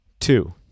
Two